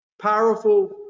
powerful